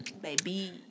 baby